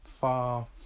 far